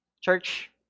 Church